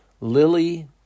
Lily